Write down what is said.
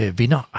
vinder